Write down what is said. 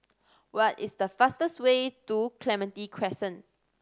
what is the fastest way to Clementi Crescent